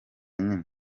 nyine